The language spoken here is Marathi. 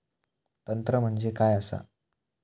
तंत्र म्हणजे काय असा?